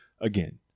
again